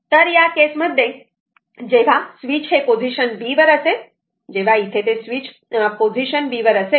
तर या केस मध्ये जेव्हा स्विच हे पोझिशन b वर असेल जेव्हा इथे ते पोझिशन b वर असेल